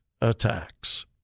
attacks